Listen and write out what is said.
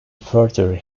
further